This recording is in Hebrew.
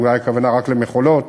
אולי הכוונה רק למכולות.